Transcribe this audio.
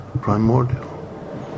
primordial